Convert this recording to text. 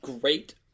great